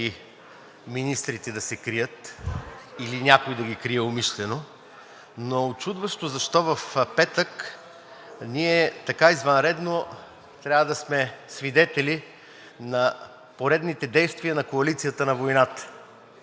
министрите да се крият, или някой да ги крие умишлено, но учудващо е защо извънредно в петък ние трябва да сме свидетели на поредните действия на коалицията на войната,